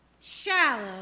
shallow